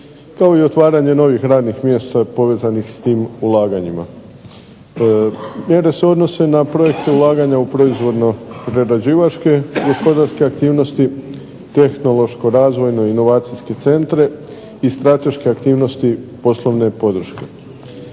kao i otvaranje novih radnih mjesta povezanih s tim ulaganjima. Mjere se odnose na projekte ulaganja u proizvodno prerađivačke gospodarske aktivnosti, tehnološko-razvojno-inovacijske centre, i strateške aktivnosti poslovne podrške.